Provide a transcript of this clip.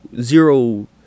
Zero